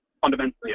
fundamentally